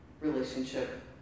relationship